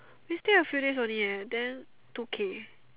we stay a few days only eh then two K